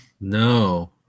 No